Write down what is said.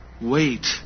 Wait